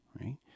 Right